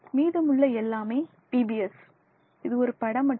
மீதமுள்ள எல்லாமே பிபிஎஸ் இது ஒரு படம் மட்டுமே